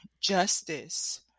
justice